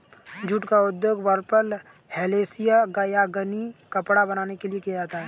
jute का उपयोग burlap hessian या गनी कपड़ा बनाने के लिए किया जाता है